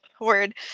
word